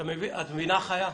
את מבינה, חיה?